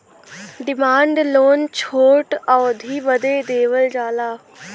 demand loan छोट अवधी बदे देवल जाला